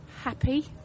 Happy